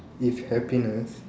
if happiness